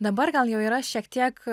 dabar gal jau yra šiek tiek